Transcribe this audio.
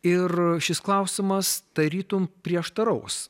ir šis klausimas tarytum prieštaraus